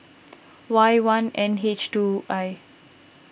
Y one N H two I